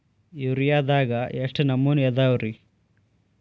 ಯೂರಿಯಾದಾಗ ಎಷ್ಟ ನಮೂನಿ ಅದಾವ್ರೇ?